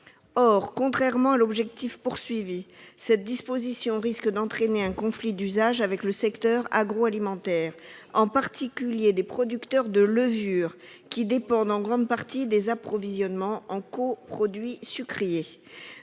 Or, contrairement à l'objectif fixé, cette disposition risque d'entraîner un conflit d'usage avec le secteur agroalimentaire, en particulier avec les producteurs de levure, qui dépendent en grande partie des approvisionnements en coproduits sucriers.